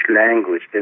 language